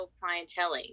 clientele